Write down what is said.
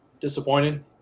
Disappointed